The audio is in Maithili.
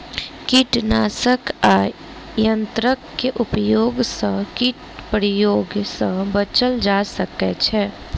कीटनाशक आ यंत्रक उपयोग सॅ कीट प्रकोप सॅ बचल जा सकै छै